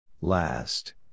Last